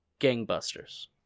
gangbusters